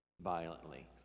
violently